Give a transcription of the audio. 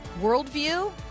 worldview